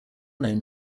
known